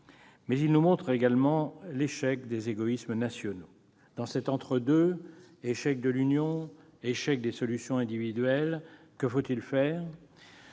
Mais il nous montre également l'échec des égoïsmes nationaux. Dans cet entre-deux- échec de l'Union, échec des solutions individuelles -, que faire ?